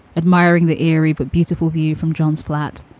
admiring the eerie but beautiful view from john's flat.